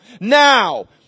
Now